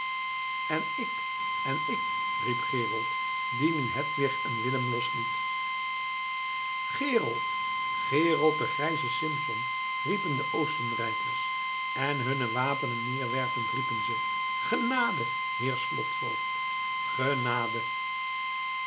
en ik en ik riep gerold die nu hedwig en willem losliet gerold gerold de grijze simson riepen de oostenrijkers en hunne wapenen neerwerpend riepen ze genade heer slotvoogd genade